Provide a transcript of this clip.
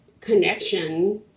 connection